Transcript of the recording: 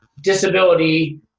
disability